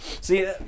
See